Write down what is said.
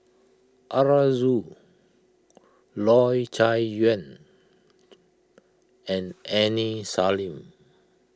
Arasu Loy Chye Chuan and Aini Salim